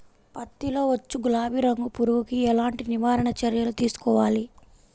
పత్తిలో వచ్చు గులాబీ రంగు పురుగుకి ఎలాంటి నివారణ చర్యలు తీసుకోవాలి?